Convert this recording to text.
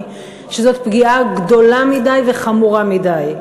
שזאת פגיעה גדולה מדי וחמורה מדי.